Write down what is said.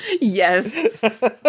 Yes